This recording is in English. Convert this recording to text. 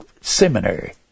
seminary